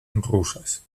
rusas